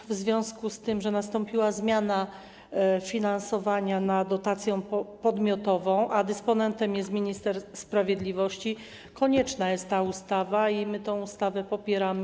W związku z tym, że nastąpiła zmiana finansowania na dotację podmiotową, a dysponentem jest minister sprawiedliwości, konieczna jest ta ustawa i my tę ustawę w pełni popieramy.